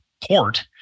port